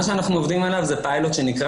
מה שאנחנו עובדים עליו זה מה שנקרא